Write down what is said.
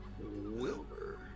Wilbur